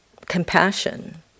compassion